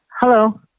Hello